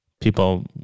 people